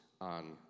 on